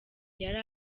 yari